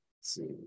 see